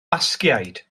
basgiaid